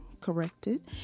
corrected